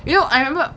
you know I remember